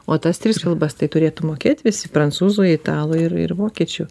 o tas tris kalbas tai turėtų mokėt visi prancūzų italų ir ir vokiečių